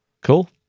Cool